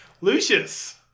Lucius